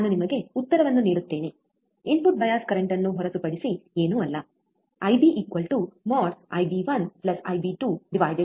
ನಾನು ನಿಮಗೆ ಉತ್ತರವನ್ನು ನೀಡುತ್ತೇನೆ ಇನ್ಪುಟ್ ಬಯಾಸ್ ಕರೆಂಟ್ ಅನ್ನು ಹೊರತುಪಡಿಸಿ ಏನೂ ಅಲ್ಲ ಐಬಿ ಮೋಡ್ಐಬಿ1 ಐಬಿ22